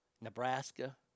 Nebraska